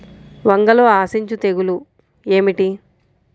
వంగలో ఆశించు తెగులు ఏమిటి?